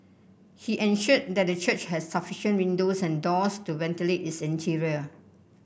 he ensured that the church had sufficient windows and doors to ventilate its interior